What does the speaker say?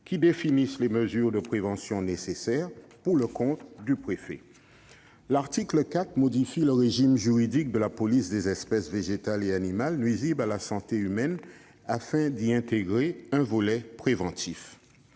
qui définissent les mesures de prévention nécessaires, pour le compte du préfet. L'article 4 modifie le régime juridique de la police des espèces végétales et animales nuisibles à la santé humaine, afin d'y intégrer un volet préventif.